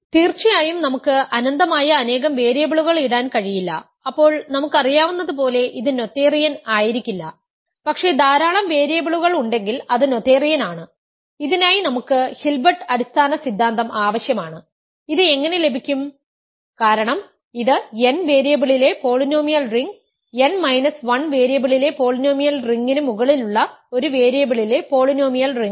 തീർച്ചയായും നമുക്ക് അനന്തമായ അനേകം വേരിയബിളുകൾ ഇടാൻ കഴിയില്ല അപ്പോൾ നമുക്കറിയാവുന്നതുപോലെ ഇത് നോതേറിയൻ ആയിരിക്കില്ല പക്ഷേ ധാരാളം വേരിയബിളുകൾ ഉണ്ടെങ്കിൽ അത് നോതേറിയൻ ആണ് ഇതിനായി നമുക്ക് ഹിൽബെർട്ട് അടിസ്ഥാന സിദ്ധാന്തം ആവശ്യമാണ് ഇത് എങ്ങനെ ലഭിക്കും കാരണം ഇത് n വേരിയബിളിലെ പോളിനോമിയൽ റിംഗ് n മൈനസ് 1 വേരിയബിളിലെ പോളിനോമിയൽ റിംഗിന് മുകളിലുള്ള ഒരു വേരിയബിളിലെ പോളിനോമിയൽ റിംഗാണ്